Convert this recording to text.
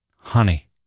Honey